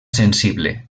sensible